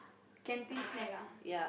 canteen snack ah